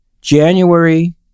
January